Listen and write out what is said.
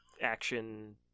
action